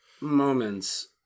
moments